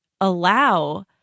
allow